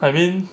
I mean